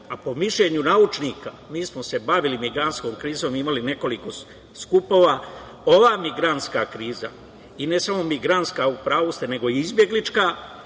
a po mišljenju naučnika, mi smo se bavili migrantskom krizom i imali nekoliko skupova, ova migrantska kriza i ne samo migrantska, u pravu ste, nego i izbeglička